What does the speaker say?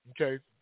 Okay